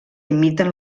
imiten